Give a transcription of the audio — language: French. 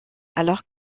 alors